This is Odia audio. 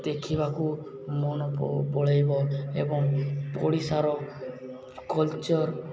ଦେଖିବାକୁ ମନ ପଳାଇବ ଏବଂ ଓଡ଼ିଶାର କଲ୍ଚର୍